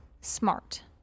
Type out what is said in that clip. smart